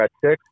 six